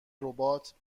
ربات